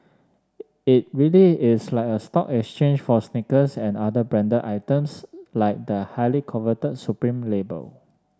it really is like a stock exchange for sneakers and other branded items like the highly coveted Supreme label